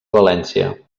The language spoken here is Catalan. valència